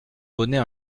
bonnet